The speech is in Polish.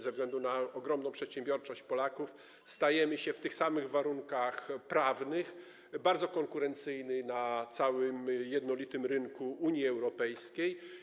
Ze względu na ogromną przedsiębiorczość Polaków stajemy się w tych samych warunkach prawnych bardzo konkurencyjni na całym jednolitym rynku Unii Europejskiej.